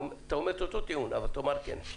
אתה אומר את אותו טיעון אבל תאמר כן.